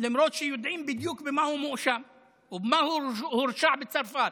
למרות שיודעים בדיוק במה הוא מואשם ובמה הוא הורשע בצרפת,